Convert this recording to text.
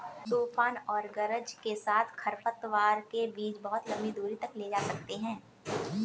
तूफान और गरज के साथ खरपतवार के बीज बहुत लंबी दूरी तक ले जा सकते हैं